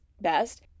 best